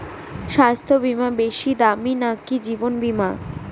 স্বাস্থ্য বীমা বেশী দামী নাকি জীবন বীমা?